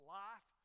life